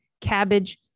cabbage